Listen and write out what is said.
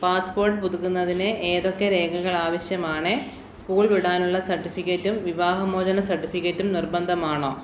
passport പുതുക്കുന്നതിന് ഏതൊക്കെ രേഖകൾ ആശ്യമാണ് സ്കൂൾ വിടാനുള്ള സർട്ടിഫിക്കറ്റും വിവാഹമോചന സർട്ടിഫിക്കറ്റും നിർബന്ധമാണോ